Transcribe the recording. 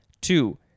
Two